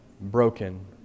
broken